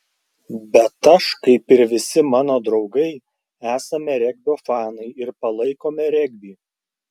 bet aš kaip ir visi mano draugai esame regbio fanai ir palaikome regbį